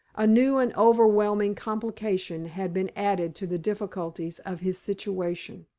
a new and overwhelming complication had been added to the difficulties of his situation.